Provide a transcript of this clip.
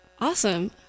Awesome